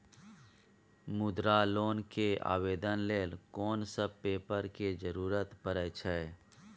मुद्रा लोन के आवेदन लेल कोन सब पेपर के जरूरत परै छै?